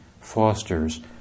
fosters